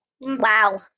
Wow